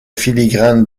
filigrane